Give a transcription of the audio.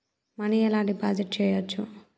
Money ఎలా deposit చేయచ్చు?